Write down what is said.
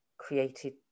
Created